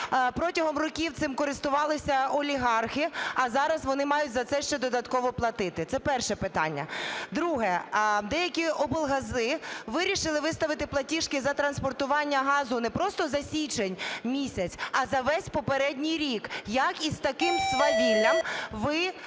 Протягом років цим користувалися олігархи, а зараз вони мають за це ще додатково платити? Це перше питання. Друге. Деякі облгази вирішили виставити платіжки за транспортування газу не просто за січень місяць, а за весь попередній рік. Як із таким свавіллям ви плануєте